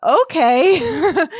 okay